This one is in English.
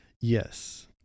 yes